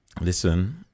Listen